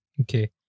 okay